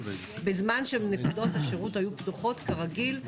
בזמן שנקודות השירות היו פתוחות כרגיל.